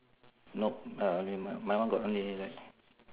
nope uh I mean my one got only like